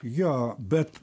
jo bet